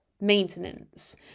maintenance